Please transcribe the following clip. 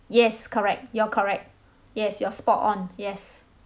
yes correct you're correct yes you're spot on yes